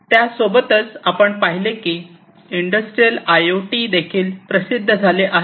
त्यासोबतच आपण पाहिले की इंडस्ट्रियल आय ओ टी देखील प्रसिद्ध झाले आहे